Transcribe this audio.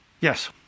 Yes